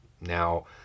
Now